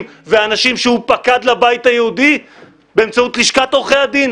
והאנשים שהוא פקד לבית היהודי באמצעות לשכת עורכי הדין?